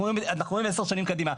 אנחנו רואים 10 שנים קדימה.